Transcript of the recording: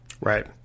Right